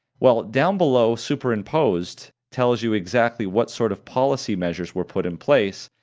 well down below superimposed tells you exactly what sort of policy measures were put in place.